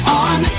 on